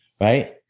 right